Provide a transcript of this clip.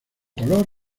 color